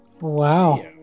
Wow